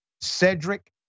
Cedric